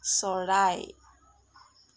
চৰাই